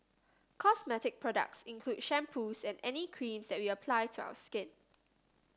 cosmetic products include shampoos and any creams that we apply to our skin